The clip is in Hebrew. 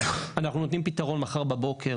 אנחנו נותנים פתרון מחר בבוקר.